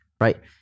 right